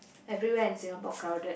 everywhere in Singapore crowded